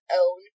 own